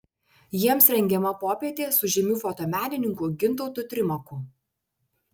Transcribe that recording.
jiems rengiama popietė su žymiu fotomenininku gintautu trimaku